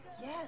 Yes